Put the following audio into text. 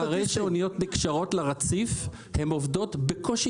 אחרי שאניות נקשרות לרציף הן עובדות בקושי